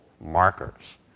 markers